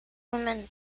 woman